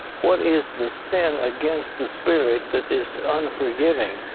what is the sin against the spirit that is unforgiving?